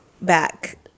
back